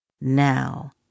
Now